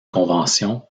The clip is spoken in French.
convention